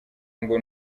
ngo